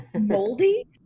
moldy